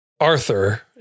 Arthur